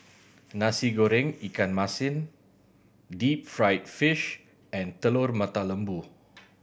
Nasi Goreng ikan masin deep fried fish and Telur Mata Lembu